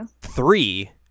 Three